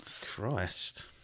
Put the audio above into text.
Christ